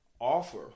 offer